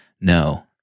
No